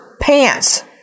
pants